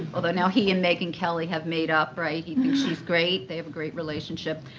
although, now he and megyn kelly have made up, right? he thinks she's great. they have a great relationship.